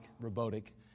robotic